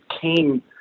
came